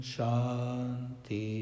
Shanti